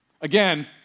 Again